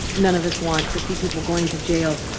none of us want to see people going to jail,